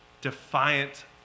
defiant